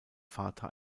vater